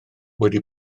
wedi